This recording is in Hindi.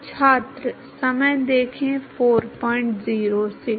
छात्र निरंतरता